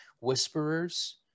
whisperers